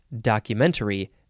documentary